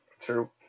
True